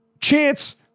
Chance